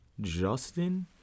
Justin